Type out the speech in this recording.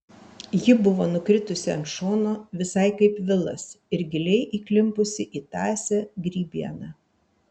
ji buvo nukritusi ant šono visai kaip vilas ir giliai įklimpusi į tąsią grybieną